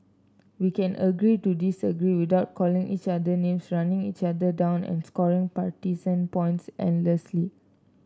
we can agree to disagree without calling each other names running each other down and scoring partisan points endlessly